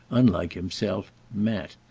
unlike himself, met,